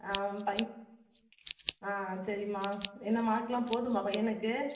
பையன் ஆ சரிம்மா என்ன மார்க்கெல்லாம் போதுமா பையனுக்கு